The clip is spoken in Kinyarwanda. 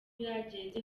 byagenze